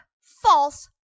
false